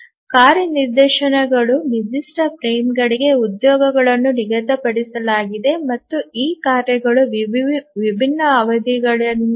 ಕಾರ್ಯ ನಿದರ್ಶನಗಳು ನಿರ್ದಿಷ್ಟ ಫ್ರೇಮ್ಗಳಿಗೆ ಉದ್ಯೋಗಗಳನ್ನು ನಿಗದಿಪಡಿಸಲಾಗಿದೆ ಮತ್ತು ಈ ಕಾರ್ಯಗಳು ವಿಭಿನ್ನ ಅವಧಿಗಳನ್ನು ಹೊಂದಿವೆ